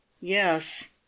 yes